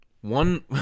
one